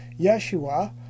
Yeshua